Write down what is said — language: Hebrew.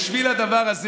בשביל הדבר הזה,